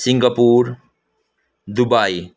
Singapore Dubai